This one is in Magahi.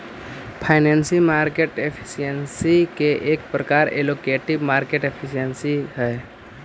फाइनेंशियल मार्केट एफिशिएंसी के एक प्रकार एलोकेटिव मार्केट एफिशिएंसी हई